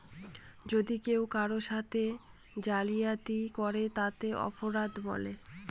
যদি কেউ কারোর সাথে জালিয়াতি করে তাকে অপরাধ বলে